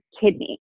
kidney